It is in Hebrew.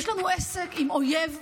יש לנו עסק עם אויב אכזרי.